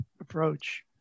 approach